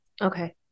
okay